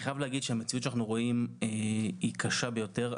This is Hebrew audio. המציאות שאנחנו רואים היא קשה ביותר.